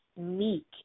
meek